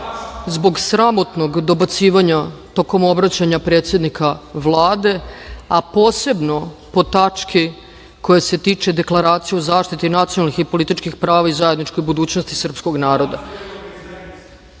sramotnog dobacivanja tokom obraćanja predsednika Vlade, a posebno po tački koja se tiče deklaracije o zaštiti nacionalnih i političkih prava i zajedničke budućnosti srpskog